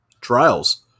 trials